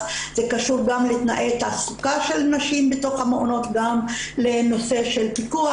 אז זה קשור גם לתנאי התעסוקה של נשים בתוך המעונות וגם לנושא של פיקוח